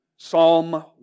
Psalm